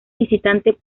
visitante